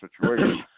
situation